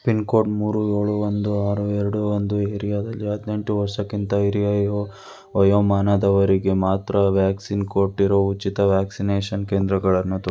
pin code ಮೂರು ಏಳು ಒಂದು ಆರು ಎರಡು ಒಂದು ಏರಿಯಾದಲ್ಲಿ ಹದಿನೆಂಟು ವರ್ಷಕ್ಕಿಂತ ಹಿರಿಯ ವಯೋ ವಯೋಮಾನದವರಿಗೆ ಮಾತ್ರ ವ್ಯಾಕ್ಸಿನ್ ಕೊಟ್ಟಿರೊ ಉಚಿತ ವ್ಯಾಕ್ಸಿನೇಷನ್ ಕೇಂದ್ರಗಳನ್ನು ತೊ